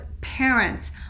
parents